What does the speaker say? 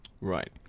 Right